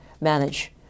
manage